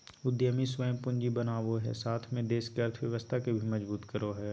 उद्यमी स्वयं पूंजी बनावो हइ साथ में देश के अर्थव्यवस्था के भी मजबूत करो हइ